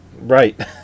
Right